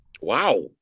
Wow